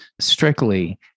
strictly